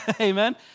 Amen